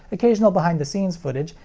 occasional behind the scenes footage,